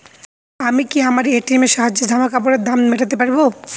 আমি কি আমার এ.টি.এম এর সাহায্যে জামাকাপরের দাম মেটাতে পারব?